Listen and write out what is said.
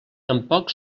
tampoc